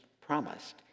promised